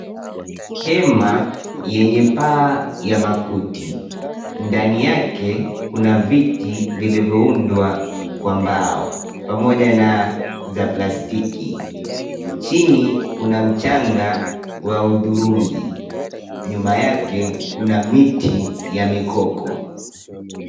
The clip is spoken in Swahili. Hema yenye paa ya makuti. Ndani yake kuna viti vilivyoundwa kwa mbao pamoja na za plastiki. Chini kuna mchanga wa hudhurungi. Nyuma yake kuna miti ya mikoko.